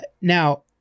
now